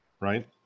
Right